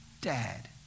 dad